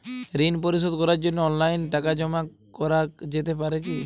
ঋন পরিশোধ করার জন্য অনলাইন টাকা জমা করা যেতে পারে কি?